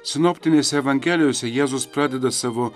sinoptinėse evangelijose jėzus pradeda savo